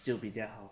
就比较好